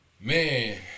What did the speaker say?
Man